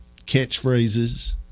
catchphrases